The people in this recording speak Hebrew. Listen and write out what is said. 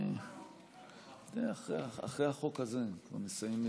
אדוני היושב-ראש, חברותיי וחבריי לכנסת,